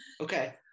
okay